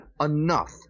enough